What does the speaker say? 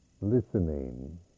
listening